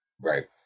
Right